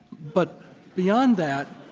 but beyond that